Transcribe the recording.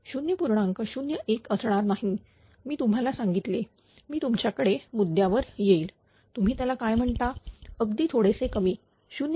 01 असणार नाही मी तुम्हाला सांगितले मी तुमच्याकडे मुद्द्यावर येईल तुम्ही त्याला काय म्हणता अगदी थोडेसे कमी 0